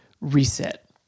reset